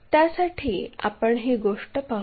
त्यासाठी आपण ही गोष्ट पाहू